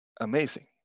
amazing